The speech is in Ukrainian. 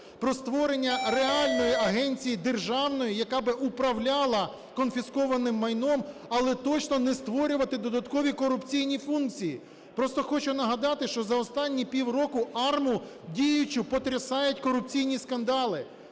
про створення реальної агенції державної, яка би управляла конфіскованим майном, але точно не створювати додаткові корупційні функції? Просто хочу нагадати, що за останні півроку АРМА діючу потрясають корупційні скандали.